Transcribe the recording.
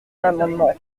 l’amendement